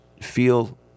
feel